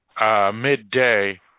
midday